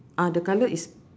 ah the colour is